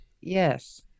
Yes